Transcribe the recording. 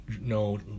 no